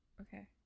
okay